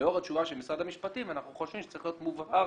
לאור התשובה של משרד המשפטים אנחנו חושבים שצריך להיות מובהר